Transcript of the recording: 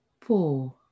four